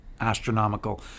astronomical